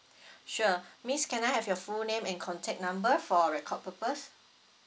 sure miss can I have your full name and contact number for record purpose